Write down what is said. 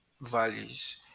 values